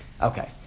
Okay